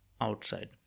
outside